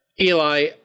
Eli